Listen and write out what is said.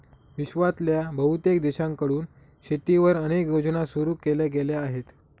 विश्वातल्या बहुतेक देशांकडून शेतीवर अनेक योजना सुरू केल्या गेल्या आहेत